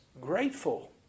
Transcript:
grateful